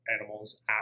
animals